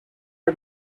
our